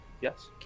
Yes